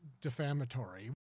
defamatory